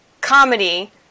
comedy